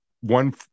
one